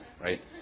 right